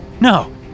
no